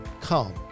Come